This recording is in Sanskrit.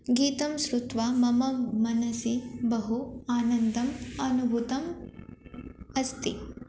गीतं शृत्वा मम मनसि बहु आनन्दम् अनुभूतम् अस्ति